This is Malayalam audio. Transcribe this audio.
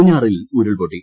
പൂഞ്ഞാറിൽ ഉരുൾപൊട്ടി